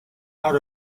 out